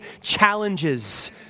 challenges